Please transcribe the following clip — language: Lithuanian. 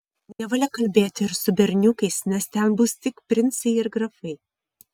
nevalia kalbėti ir su berniukais nes ten bus tik princai ir grafai